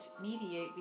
mediate